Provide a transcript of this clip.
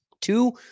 two